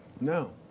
No